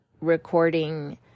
recording